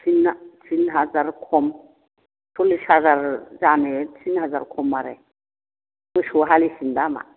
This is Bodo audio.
थिन हाजार खम सल्लिस हाजार जानो थिन हाजार खम आरो मोसौ हालिसेनि दामआ